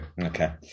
Okay